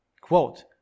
Quote